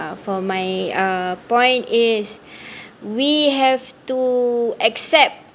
for my uh point is we have to accept